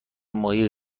ماهی